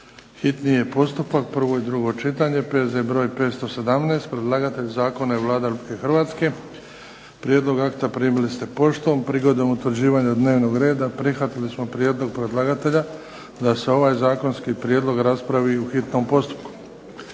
hitni postupak, prvo i drugo čitanje. P.Z. br. 517 Predlagatelj zakona je Vlada Republike Hrvatske. Prijedlog akta primili ste poštom. Prigodom utvrđivanja dnevnog reda prihvatili smo prijedlog predlagatelja da se ovaj zakonski prijedlog raspravi u hitnom postupku.